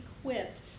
equipped